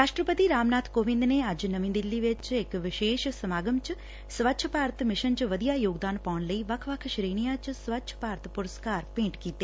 ਰਾਸ਼ਟਰਪਤੀ ਰਾਮਨਾਬ ਕੋਵਿੰਦ ਨੇ ਅੱਜ ਨਵੀਂ ਦਿੱਲੀ ਚ ਇਕ ਵਿਸ਼ੇਸ਼ ਸਮਾਗਮ ਚ ਸਵੱਛ ਭਾਰਤ ਮਿਸ਼ਨ ਚ ਵਧੀਆ ਯੋਗਦਾਨ ਪਾਉਣ ਲਈ ਵੱਖ ਸ੍ਹੇਣੀਆਂ ਚ ਸਵੱਛ ਭਾਰਤ ਪੁਰਸਕਾਰ ਭੇਂਟ ਕੀਤੇ